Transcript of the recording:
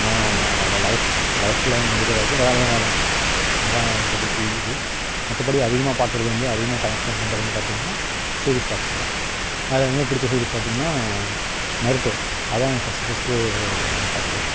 அந்த life life line முடிகிற வரைக்கும் விளையாடுவேன் அதில் அதான் இப்போதைக்கு இது மற்றப்படி அதிகமாக பார்க்குறது வந்து அதிகமாக டைம் ஸ்பென்ட் பண்ணுறதுனு பார்த்திங்னா சிரீஸ் பார்க்குறது தான் அதில் ரொம்ப பிடிச்ச சீரீஸ் பார்த்திங்னா நருட்டோ அதான் எனக்கு ஃபர்ஸ்டு ஃபர்ஸ்டு நான் பார்த்தது